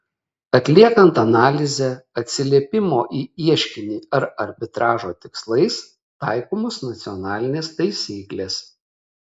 atliekant analizę atsiliepimo į ieškinį ar arbitražo tikslais taikomos nacionalinės taisyklės